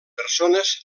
persones